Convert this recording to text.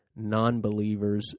nonbelievers